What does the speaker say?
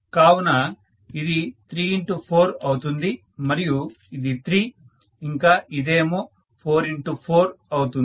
కావున ఇది 34 అవుతుంది మరియు ఇది 3 ఇంకా ఇదేమో 44 అవుతుంది